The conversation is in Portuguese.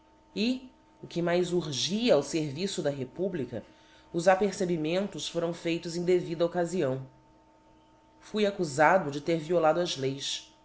e o que mais urgia ao ferviço da republica os apercebimentos foram feitos em devida occaíião fui accufado de ter violado as leis